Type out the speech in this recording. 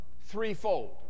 Threefold